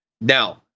Now